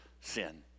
sin